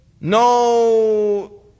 No